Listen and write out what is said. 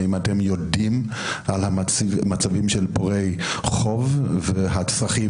האם אתם יודעים על המצבים של פורעי חוב ועל הצרכים